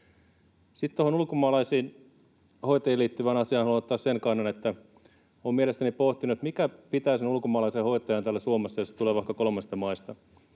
ulkomaalaisiin hoitajiin liittyvään asiaan haluan ottaa tämän kannan: Olen mielessäni pohtinut, mikä pitää sen ulkomaalaisen hoitajan täällä Suomessa, jos hän tulee vaikka kolmansista maista.